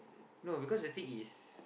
no because the thing is